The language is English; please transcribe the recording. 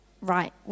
Right